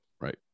Right